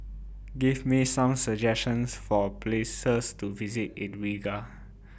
Give Me Some suggestions For Places to visit in Riga